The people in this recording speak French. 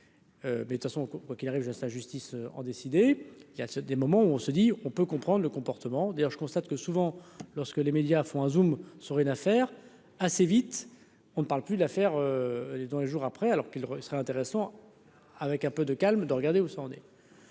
Ben de toute façon, quoi qu'il arrive sa justice en décider il y a ceux des moments où on se dit on peut comprendre le comportement d'ailleurs, je constate que, souvent, lorsque les médias font un zoom sur une affaire assez vite, on ne parle plus de l'affaire et dans les jours après, alors qu'il serait intéressant, avec un peu de calme, de regarder où ça en est.